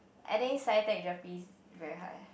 I think sci tech Gerpe very high